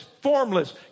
formless